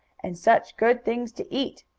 and such good things to eat,